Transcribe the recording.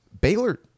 Baylor